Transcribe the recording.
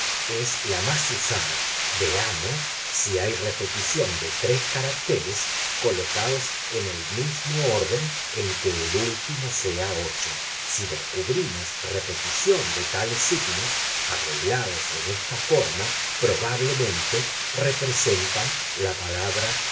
es la más usada veamos si hay repetición de tres caracteres colocados en el mismo orden en que el último sea si descubrimos repetición de tales signos arreglados en esta forma probablemente representan la palabra